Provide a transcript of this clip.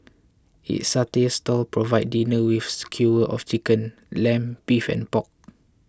its satay stalls provide diners with skewers of chicken lamb beef and pork